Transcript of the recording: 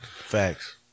Facts